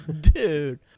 dude